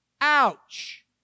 Ouch